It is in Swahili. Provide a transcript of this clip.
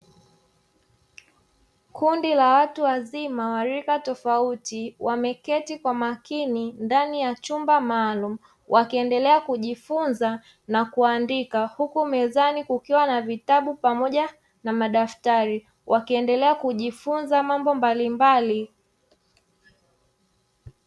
Kundi la watu wazima wa rika tofauti, wameketi kwa makini ndani ya chumba maalumu wakielekea kujifunza na kuandika huku mezani kukiwa na vitabu pamoja na madaftari wakiendelea kujifunza mambo mbalimbali.